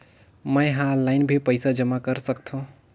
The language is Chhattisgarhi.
मैं ह ऑनलाइन भी पइसा जमा कर सकथौं?